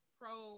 pro